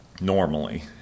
normally